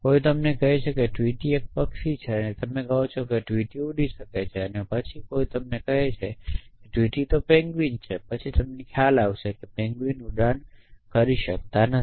કોઈ તમને કહે છે કે ટ્વિટી એક પક્ષી છે અને તમે કહો છો કે ટ્વિટી ઉડી શકે છે અને પછી કોઈ તમને કહે છે કે ટ્વિટી પેન્ગ્વીન છે પછી તમને ખ્યાલ આવે છે કે પેન્ગ્વિન ઉડાન કરી શકતા નથી